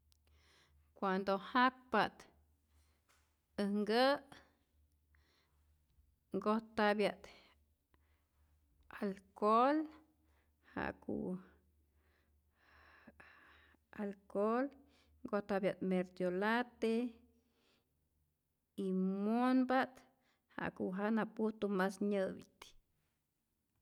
Cuando jakpa't äj nkä' kojtapya't alcol ja'ku alcol nkojtapya't merkyolate y monpa't ja'ku jana pujtu mas nyä'pit.